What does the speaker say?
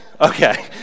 Okay